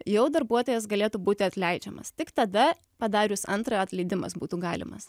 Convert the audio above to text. jau darbuotojas galėtų būti atleidžiamas tik tada padarius antrą atleidimas būtų galimas